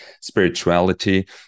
spirituality